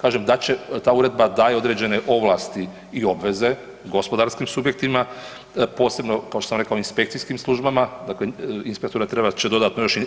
Kažem, ta uredba daje određene ovlasti i obveze gospodarskim subjektima, posebno kao što sam rekao inspekcijskim službama, dakle, inspektorat će trebat dodat još i